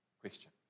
question